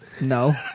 No